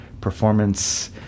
performance